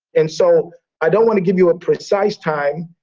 and so i don't want to give you a precise time,